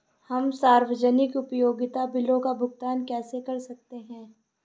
हम सार्वजनिक उपयोगिता बिलों का भुगतान कैसे कर सकते हैं?